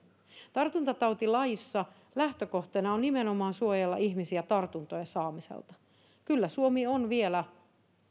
tartuntatautilaissa lähtökohtana on nimenomaan suojella ihmisiä tartuntojen saamiselta kyllä suomi on vielä